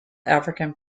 african